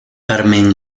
carmen